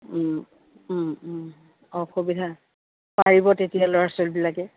অঁ অসুবিধা পাৰিব তেতিয়া ল'ৰা ছোৱালীবিলাকে